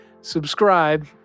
Subscribe